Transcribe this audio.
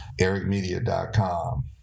ericmedia.com